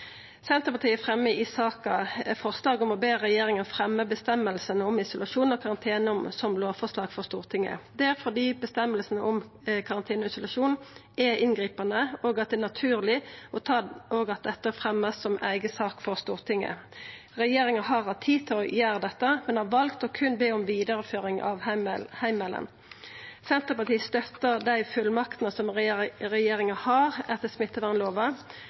Senterpartiet fremjar i saka forslag om å be regjeringa fremja bestemmingar om isolasjon og karantene som lovforslag for Stortinget. Det er fordi bestemmingar om karantene og isolasjon er inngripande, og at det er naturleg at dette vert fremja som eiga sak for Stortinget. Regjeringa har hatt tid til å gjera dette, men har valt å berre be om vidareføring av heimelen. Senterpartiet støttar dei fullmaktene som regjeringa har etter smittevernlova,